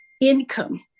income